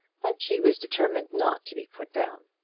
but she was determined not to be put down.